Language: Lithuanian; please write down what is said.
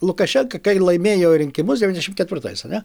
lukašenka kai laimėjo rinkimus devyniasdešim ketvirtais ane